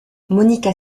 monica